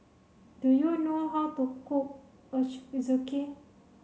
do you know how to cook Ochazuke